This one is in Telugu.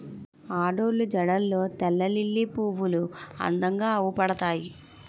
ఆడోళ్ళు జడల్లో తెల్లలిల్లి పువ్వులు అందంగా అవుపడతాయి